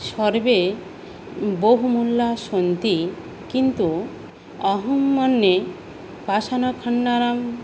सर्वे बहु मूल्याः सन्ति किन्तु अहं मन्ये पाषाणखण्डानां